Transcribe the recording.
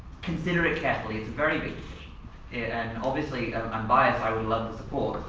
consider it carefully. it's a very big and obviously i'm bias, i would love to support,